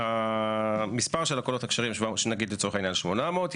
מספר הקולות הכשרים 800 יחולק